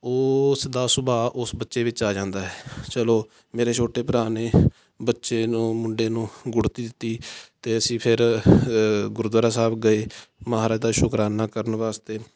ਉਸ ਦਾ ਸੁਭਾਅ ਉਸ ਬੱਚੇ ਵਿੱਚ ਆ ਜਾਂਦਾ ਹੈ ਚਲੋ ਮੇਰੇ ਛੋਟੇ ਭਰਾ ਨੇ ਬੱਚੇ ਨੂੰ ਮੁੰਡੇ ਨੂੰ ਗੁੜ੍ਹਤੀ ਦਿੱਤੀ ਅਤੇ ਅਸੀਂ ਫਿਰ ਗੁਰਦੁਆਰਾ ਸਾਹਿਬ ਗਏ ਮਹਾਰਾਜ ਦਾ ਸ਼ੁਕਰਾਨਾ ਕਰਨ ਵਾਸਤੇ